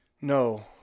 No